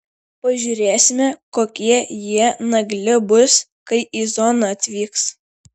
pažiūrėsime kokie jie nagli bus kai į zoną atvyks